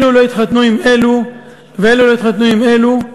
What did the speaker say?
אלו לא יתחתנו עם אלו ואלו לא יתחתנו עם אלו.